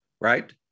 right